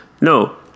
no